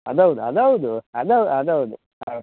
ಅದು ಹೌದು ಅದು ಹೌದು ಅದು ಅದು ಹೌದು ಹೌದ್